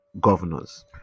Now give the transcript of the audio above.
governors